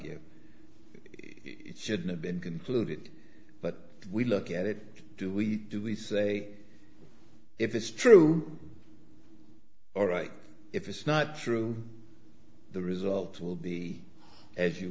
should have been concluded but we look at it do we do we say if it's true or if it's not true the result will be as you